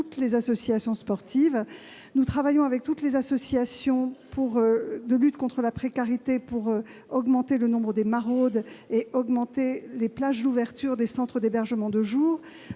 les associations sportives. Nous travaillons également avec toutes les associations de lutte contre la précarité pour augmenter le nombre de maraudes et élargir les plages d'ouverture des centres d'hébergement de jour.